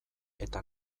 eta